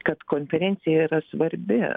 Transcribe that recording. kad konferencija yra svarbi